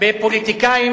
בפוליטיקאים